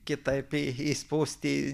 kitaip į į spūstį